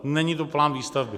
Není to plán výstavby.